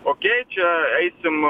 okei čia eisim